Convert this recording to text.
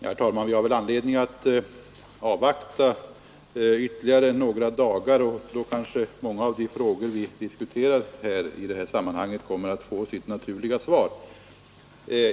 Herr talman! Vi har väl anledning att avvakta ytterligare några dagar; sedan kanske många av de frågor vi diskuterar här kommer att få sitt naturliga svar i sammanhanget.